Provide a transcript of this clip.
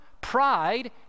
Pride